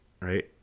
right